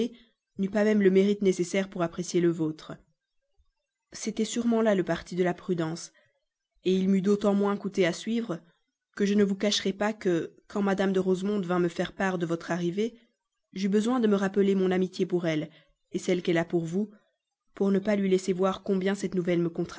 n'eût pas même le mérite nécessaire pour apprécier le vôtre c'était sûrement là le parti de la prudence il m'eût d'autant moins coûté à suivre que je ne vous cacherai pas que quand madame de rosemonde vint me faire part de votre arrivée j'eus besoin de me rappeler mon amitié pour elle celle qu'elle a pour vous pour ne pas lui laisser voir combien cette nouvelle